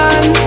One